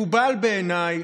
מקובל בעיניי,